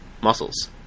muscles